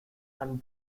and